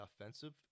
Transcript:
offensive